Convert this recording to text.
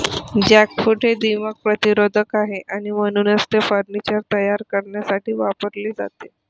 jackfruit हे दीमक प्रतिरोधक आहे आणि म्हणूनच ते फर्निचर तयार करण्यासाठी वापरले जाते